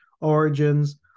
origins